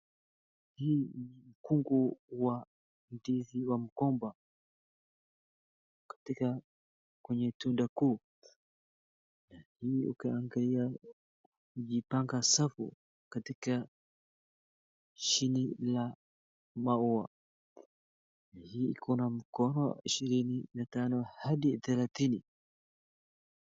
Hii ni mkungu wa ndizi wa mkomba. Katika kwenye tunda kuu. Hii ukiangalia jipanga safu katika chini ya maua. Hii iko na mkohoa ishirini na tano hadi thelathini.